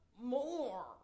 more